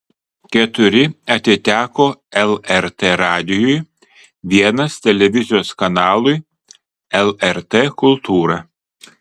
keturi atiteko lrt radijui vienas televizijos kanalui lrt kultūra